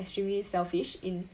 extremely selfish in